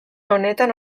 honetan